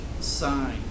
sign